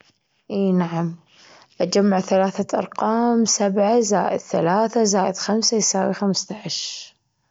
إي نعم، أجمع ثلاثة أرقام سبعة زائد ثلاثة زائد خمسة يساوي خمستاش.